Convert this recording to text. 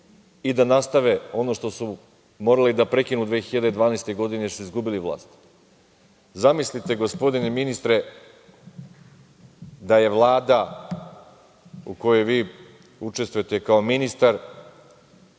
i da nastave ono što su morali da prekinu 2012. godine jer su izgubili vlast. Zamislite, gospodine ministre, da je Vlada u kojoj vi učestvujete kao ministar